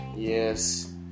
Yes